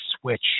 switch